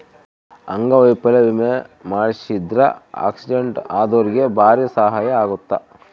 ಅಂಗವೈಕಲ್ಯ ವಿಮೆ ಮಾಡ್ಸಿದ್ರ ಆಕ್ಸಿಡೆಂಟ್ ಅದೊರ್ಗೆ ಬಾರಿ ಸಹಾಯ ಅಗುತ್ತ